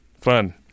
fun